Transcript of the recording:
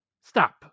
stop